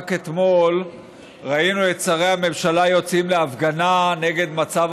רק אתמול ראינו את שרי הממשלה יוצאים להפגנה נגד מצב